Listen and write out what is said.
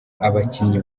abakinnyi